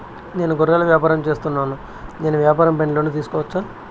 నేను గొర్రెలు వ్యాపారం సేస్తున్నాను, నేను వ్యాపారం పైన లోను తీసుకోవచ్చా?